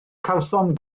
cawsom